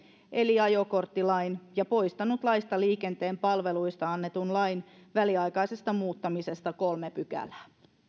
eli ajokorttilain ja poistanut laista liikenteen palveluista annetun lain väliaikaisesta muuttamisesta kolme pykälää